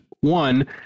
one